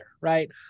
right